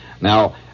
Now